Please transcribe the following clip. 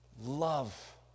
love